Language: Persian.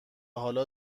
حالا